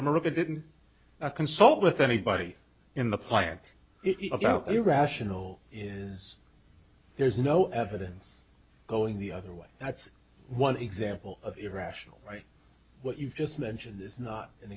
america didn't consult with anybody in the plant about irrational is there's no evidence going the other way that's one example of irrational right what you've just mentioned is not an